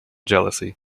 jealousy